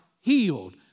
healed